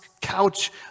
couch